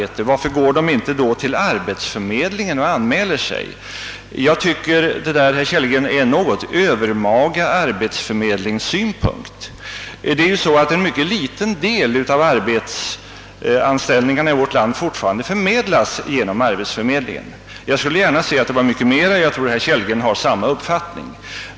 Och han frågar: Varför går de eljest inte till arbetsförmedlingen och anmäler sig? Jag tycker, herr Kellgren, att detta är en något övermaga arbetsförmedlingssynpunkt. En mycket liten del av arbetsanställningarna i vårt land förmedlas ju av arbetsförmedlingarna. Jag skulle gärna se att antalet vore större, och jag tror att herr Kellgren har samma uppfattning.